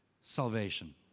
salvation